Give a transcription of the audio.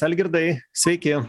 algirdai sveiki